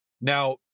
Now